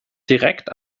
direkt